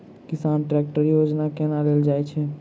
किसान ट्रैकटर योजना केना लेल जाय छै?